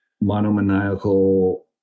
monomaniacal